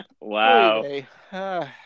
Wow